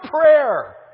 prayer